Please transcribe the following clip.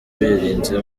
birinze